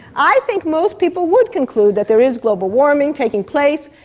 i think most people would conclude that there is global warming taking place,